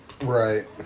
Right